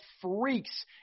freaks